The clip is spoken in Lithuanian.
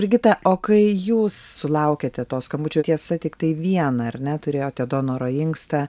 brigita o kai jūs sulaukėte to skambučio tiesa tiktai vieną ar ne turėjote donoro inkstą